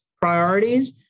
priorities